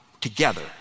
together